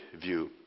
view